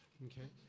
okay.